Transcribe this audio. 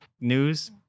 news